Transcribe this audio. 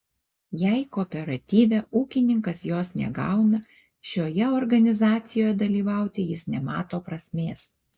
jei kooperatyve ūkininkas jos negauna šioje organizacijoje dalyvauti jis nemato prasmės